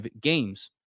games